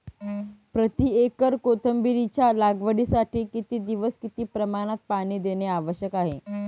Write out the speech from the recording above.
प्रति एकर कोथिंबिरीच्या लागवडीसाठी किती दिवस किती प्रमाणात पाणी देणे आवश्यक आहे?